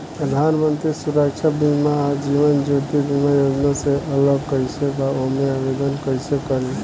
प्रधानमंत्री सुरक्षा बीमा आ जीवन ज्योति बीमा योजना से अलग कईसे बा ओमे आवदेन कईसे करी?